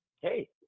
Hey